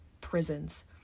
prisons